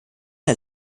der